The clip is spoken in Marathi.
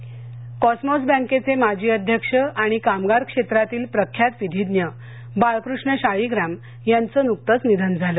निधन कॉसमॉस बँकेचे माजी अध्यक्ष आणि कामगार क्षेत्रातील प्रख्यात विधिज्ञ बाळकृष्ण शाळीग्राम यांचं नुकतंच निधन झालं